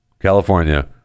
california